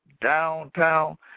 downtown